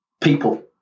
people